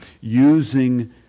using